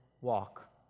walk